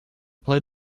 player